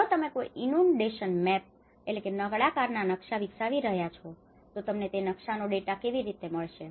તેથી જો તમે કોઈ ઇનુનડેશન મૅપ inundation maps નળાકારના નકશા વિકસાવી રહ્યા છો તો તમને તે નકશાનો ડેટા કેવી રીતે મળશે